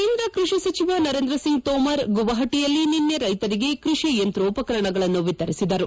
ಕೇಂದ್ರ ಕೃಷಿ ಸಚಿವ ನರೆಂದ್ರ ಸಿಂಗ್ ತೋಮರ್ ಗುವಾಹಟಿಯಲ್ಲಿ ನಿನ್ನೆ ರೈತರಿಗೆ ಕೃಷಿ ಯಂತೋಪಕರಣಗಳನ್ನು ವಿತರಿಸಿದರು